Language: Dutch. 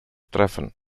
treffen